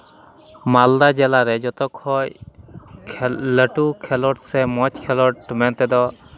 ᱢᱟᱞᱫᱟ ᱡᱮᱞᱟᱨᱮ ᱡᱚᱛᱚ ᱠᱷᱚᱱ ᱞᱟᱹᱴᱩ ᱠᱷᱮᱞᱚᱸᱰ ᱥᱮ ᱢᱚᱡᱽ ᱠᱷᱮᱞᱚᱸᱰ ᱢᱮᱱᱛᱮᱫᱚ